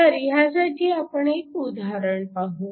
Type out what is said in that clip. तर ह्यासाठी आपण एक उदाहरण पाहू